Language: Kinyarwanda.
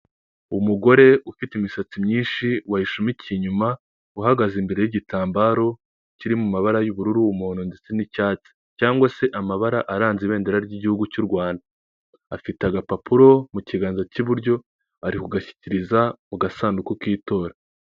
Umugore ufite imisatsi myinshi wayishumikiye inyuma, uhagaze imbere y'gitambaro kiri mu mabara y'ubururu, umuhondo ndetse n'icyatsi, cyangwa se amabara aranze ibendera ry'igihugu cy'u Rwanda. Afite agapapuro mu kiganza cy'iburyo ari kugashyikiriza mu gasanduku k'itora.